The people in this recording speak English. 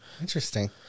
Interesting